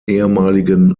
ehemaligen